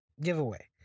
giveaway